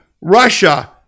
Russia